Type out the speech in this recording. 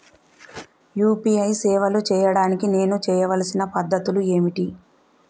UPI సేవలు చేయడానికి నేను చేయవలసిన పద్ధతులు ఏమిటి?